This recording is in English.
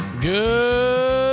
Good